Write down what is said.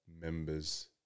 members